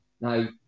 now